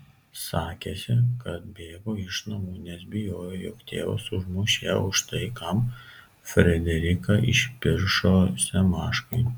sakėsi kad bėgo iš namų nes bijojo jog tėvas užmuš ją už tai kam frederiką išpiršo semaškai